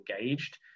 engaged